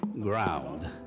GROUND